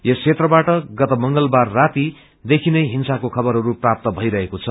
यस क्षेत्रबाट गत मंगलबार राती देखी नै हिंसाको खबरहरू प्राप्त पैरहेको छ